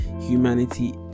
humanity